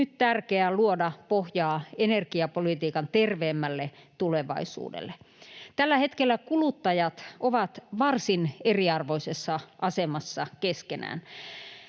nyt tärkeää luoda pohjaa energiapolitiikan terveemmälle tulevaisuudelle. Tällä hetkellä kuluttajat ovat varsin eriarvoisessa asemassa keskenään.